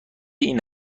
این